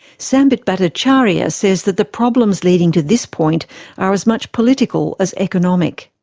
sambit bhattacharyya says that the problems leading to this point are as much political as economic.